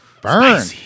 Burn